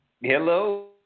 Hello